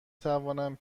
توانم